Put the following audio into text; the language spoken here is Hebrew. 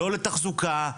לא לתחזוקה,